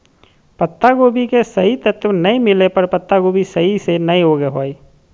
पत्तागोभी के सही तत्व नै मिलय पर पत्तागोभी सही से नय उगो हय